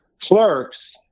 Clerks